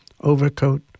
overcoat